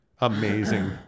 Amazing